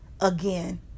Again